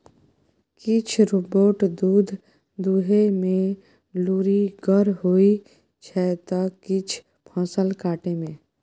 किछ रोबोट दुध दुहय मे लुरिगर होइ छै त किछ फसल काटय मे